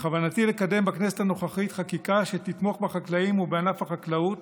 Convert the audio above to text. בכוונתי לקדם בכנסת הנוכחית חקיקה שתתמוך בחקלאים ובענף החקלאות